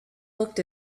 looked